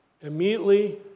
immediately